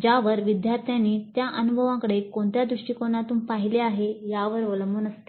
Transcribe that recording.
ज्यावर विद्यार्थ्यानी त्या अनुभवांकडे कोणत्या दृष्टिकोनातून पाहिले आहे यावर अवलंबून असते